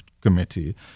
Committee